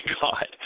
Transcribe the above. God